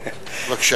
בבקשה.